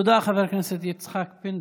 תודה, חבר הכנסת יצחק פינדרוס.